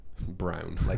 brown